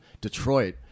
Detroit